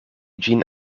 ĝin